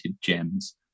gems